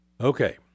Okay